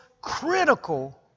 critical